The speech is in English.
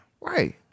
Right